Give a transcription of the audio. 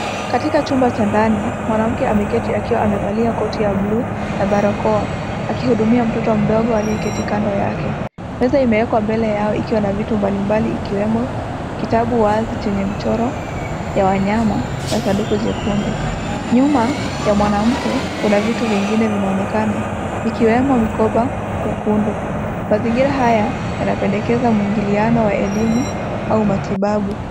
Katika chumba Cha ndani, mwanamke ameketi na amevalia koti ya blue na barakoa aki huduma mtoto mdogo aliye keti kando yake. Meza imewekwa mbele yao ikiwa na vitu mbali mbali ikiwemo kitabu wazi chenye michoro ya wanyama na sanduku chekundu. Nyuma ya mwanamke Kuna vitu vingine vinaonekana vikiwemo mikona Mekundu. Mazingira haya yanapendekeza mwiingiliano ya elimu au matibabu.